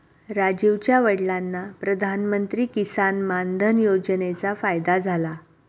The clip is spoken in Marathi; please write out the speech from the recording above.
राजीवच्या वडिलांना प्रधानमंत्री किसान मान धन योजनेचा फायदा झाला